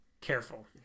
Careful